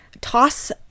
toss